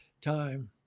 time